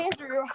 Andrew